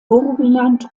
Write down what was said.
burgenland